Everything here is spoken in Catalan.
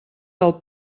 del